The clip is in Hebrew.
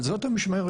אבל זאת המשמרת.